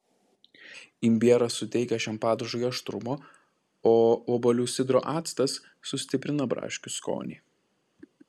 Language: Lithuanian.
imbieras suteikia šiam padažui aštrumo o obuolių sidro actas sustiprina braškių skonį